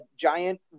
giant